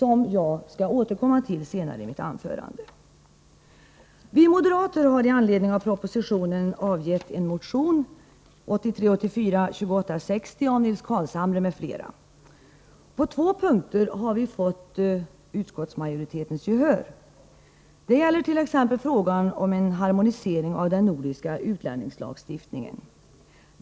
Jag skall senare i mitt anförande återkomma till detta. Vi moderater har i anledning av propositionen väckt en motion, 1983/ 84:2860 av Nils Carlshamre m.fl. På två punkter har vi fått gehör från utskottsmajoriteten. Det gäller t.ex. frågan om en harmonisering av den nordiska utlänningslagstiftningen.